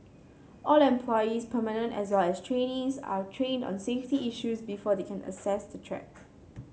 all employees permanent as well as trainees are trained on safety issues before they can access the track